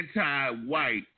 anti-white